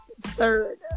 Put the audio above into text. third